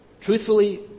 Truthfully